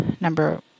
number